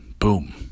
Boom